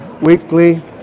weekly